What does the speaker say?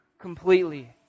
completely